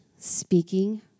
Speaking